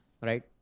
Right